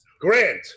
Grant